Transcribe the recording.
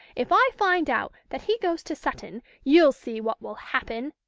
if i find out that he goes to sutton, you'll see what will happen.